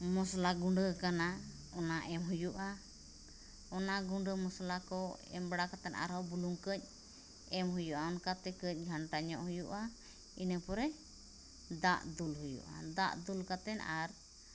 ᱢᱚᱥᱞᱟ ᱜᱩᱸᱰᱟᱹ ᱟᱠᱟᱱᱟ ᱚᱱᱟ ᱮᱢ ᱦᱩᱭᱩᱜᱼᱟ ᱚᱱᱟ ᱜᱩᱸᱰᱟᱹ ᱢᱚᱥᱞᱟᱠᱚ ᱮᱢᱵᱟᱲᱟ ᱠᱟᱛᱮᱫ ᱟᱨᱦᱚᱸ ᱵᱩᱞᱩᱝ ᱠᱟᱹᱡ ᱮᱢ ᱦᱩᱭᱩᱜᱼᱟ ᱚᱱᱠᱟᱛᱮ ᱠᱟᱹᱡ ᱜᱷᱟᱱᱴᱟᱧᱚᱜ ᱦᱩᱭᱩᱜᱼᱟ ᱤᱱᱟᱹᱯᱚᱨᱮ ᱫᱟᱜ ᱫᱩᱞ ᱦᱩᱭᱩᱜᱼᱟ ᱫᱟᱜ ᱫᱩᱞ ᱠᱟᱛᱮᱱ ᱟᱨ